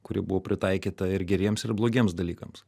kuri buvo pritaikyta ir geriems ir blogiems dalykams